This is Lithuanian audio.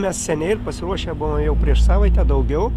mes seniai ir pasiruošę buvom jau prieš savaitę daugiau